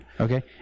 Okay